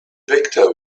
victor